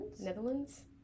Netherlands